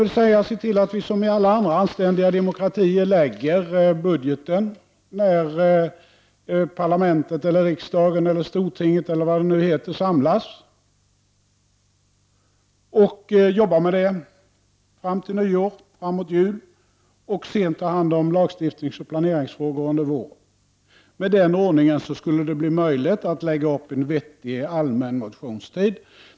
Varför inte se till att vi, som i alla andra anständiga demokratier, lägger budgeten när parlamentet, riksdagen, stortinget eller vad det nu heter samlas och arbetar med den framåt jul och nyår. Lagstiftningsoch planeringsfrågor tas om hand under våren. Med den ordningen skulle det bli möjligt att ha en vettig allmän motionstid.